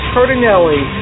Cardinelli